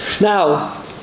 Now